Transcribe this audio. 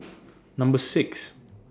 Number six